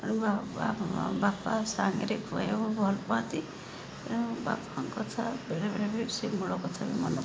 ଏଣୁ ବାପା ସାଙ୍ଗରେ ଖୁଆଇବାକୁ ଭଲ ପାଆନ୍ତି ତେଣୁ ବାପାଙ୍କ କଥା ବେଳେ ବେଳେ ବି ସେଇ ମୂଳକଥା ବି ମନେ ପଡ଼େ